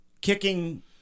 kicking